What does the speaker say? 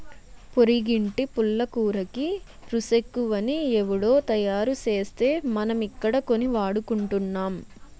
పొరిగింటి పుల్లకూరకి రుసెక్కువని ఎవుడో తయారుసేస్తే మనమిక్కడ కొని వాడుకుంటున్నాం